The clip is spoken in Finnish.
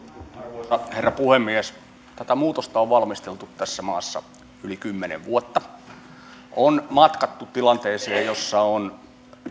arvoisa herra puhemies tätä muutosta on valmisteltu tässä maassa yli kymmenen vuotta on matkattu tilanteeseen jossa on